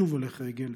שוב הולך רגל,